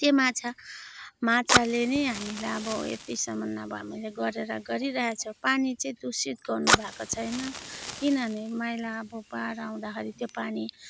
त्यो माछा माछाले नै हामीलाई अब यतिसम्म अब हामीलाई गरेर गरिरहेछ पानी चाहिँ दूषित गर्नुभएको छैन किनभने मैला अब बाढ आउँदाखेरि त्यो पानी